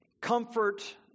comfort